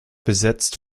besetzt